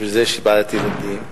לכן יש בעיית ילדים,